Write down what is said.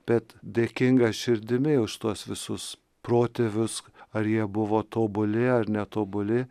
bet dėkinga širdimi už tuos visus protėvius ar jie buvo tobuli ar ne tobuli